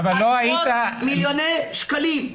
עשרות מיליוני שקלים.